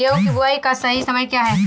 गेहूँ की बुआई का सही समय क्या है?